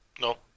no